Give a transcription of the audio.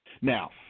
now